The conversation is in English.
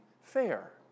fair